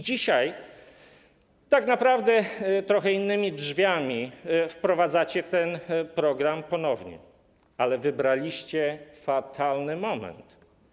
Dzisiaj tak naprawdę trochę innymi drzwiami wprowadzacie ten program ponownie, ale wybraliście fatalny moment.